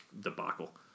debacle